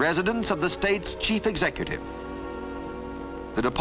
residence of the state's chief executive the